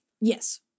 Yes